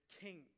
king